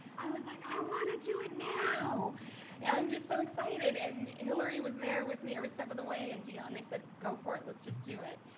i was like, i want to do it now! and i'm just so excited. and hillary was there with me every step of the way, and deone. they said, go for it. let's just do it.